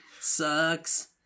Sucks